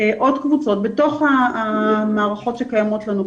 עוד קבוצות בתוך המערכות שקיימות לנו,